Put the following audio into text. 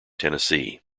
tennessee